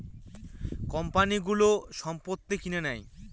কোম্পানিগুলো সম্পত্তি কিনে নেয়